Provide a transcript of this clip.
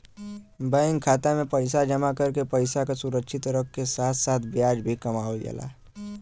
bank खाता में पैसा जमा करके पैसा क सुरक्षित रखे क साथ साथ ब्याज भी कमावल जाला